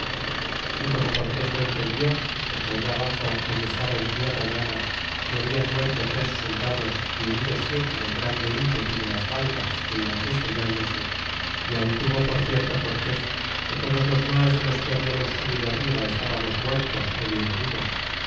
y como cortes lo entendió porque allá baxo donde estaba en tierra llana le hablan muerto tres soldados y herido siete del grande ímpetu de las galgas que iban despeñándose y aun tuvo por cierto cortés que todos los mas de los que habiamos subido arriba estábamos muertos bien heridos